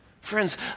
Friends